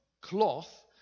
cloth